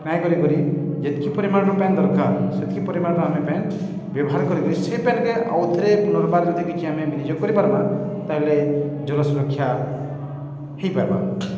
ନାଇଁ କରି କରି ଯେତ୍କି ପରିମାଣ୍ର ପାଏନ୍ ଦର୍କାର୍ ସେତ୍କି ପରିମାଣ୍ର ଆମେ ପାଏନ୍ ବ୍ୟବହାର୍ କରି କରି ସେ ପାଏନ୍ରେ ଆଉ ଥରେ ପୁନର୍ବାର୍ ଯଦି କିଛି ଆମେ ବିନିଯୋଗ୍ କରିପାର୍ମା ତା'ହେଲେ ଜଲ ସୁରକ୍ଷା ହେଇପାର୍ବା